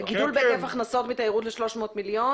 גידול בהיקף הכנסות מתיירות ל-300 מיליון